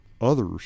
others